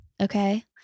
okay